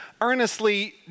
earnestly